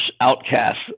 outcasts